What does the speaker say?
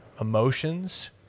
emotions